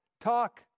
talk